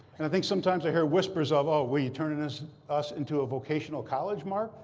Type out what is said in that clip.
and i think sometimes i hear whispers of, oh, what, are you turning us us into a vocational college, mark?